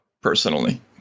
personally